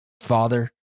Father